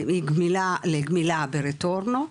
גם שימוש בסיגריות רגילות ואלקטרוניות.